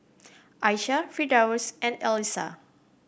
Aishah Firdaus and Alyssa